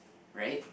right